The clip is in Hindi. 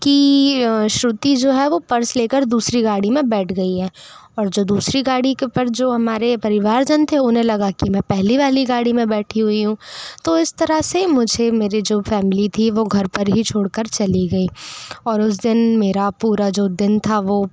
कि श्रुति जो है वह पर्स लेकर दूसरी गाड़ी में बैठ गई है और जो दूसरी गाड़ी के पर जो हमारे परिवारजन थे उन्हें लगा कि मैं पहली वाली गाड़ी में बैठी हुई हूँ तो इस तरह से मुझे मेरे जो फ़ैमिली थी वह घर पर ही छोड़ कर चली गई और उस दिन मेरा पूरा जो दिन था वह